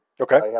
Okay